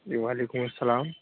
جی وعلیکم السّلام